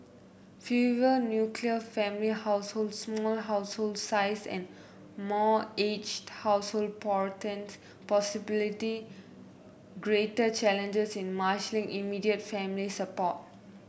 fewer nuclear family households small household size and more aged household portend possibility greater challenges in marshalling immediate family support